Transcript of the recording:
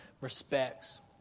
respects